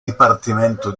dipartimento